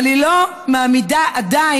אבל היא לא מעמידה עדיין,